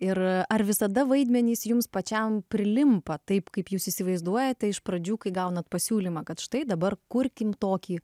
ir ar visada vaidmenys jums pačiam prilimpa taip kaip jūs įsivaizduojate iš pradžių kai gaunate pasiūlymą kad štai dabar kurkime tokį